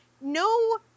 no